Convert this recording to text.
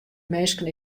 minsken